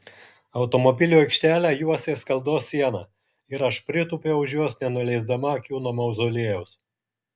automobilių aikštelę juosė skaldos siena ir aš pritūpiau už jos nenuleisdama akių nuo mauzoliejaus